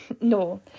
No